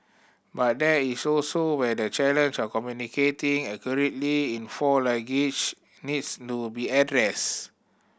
but there is where the challenge of communicating accurately in four language needs no be addressed